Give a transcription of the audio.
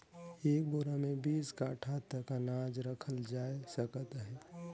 एक बोरा मे बीस काठा तक अनाज रखल जाए सकत अहे